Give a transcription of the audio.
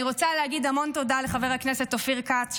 אני רוצה להגיד המון תודה לחבר הכנסת אופיר כץ,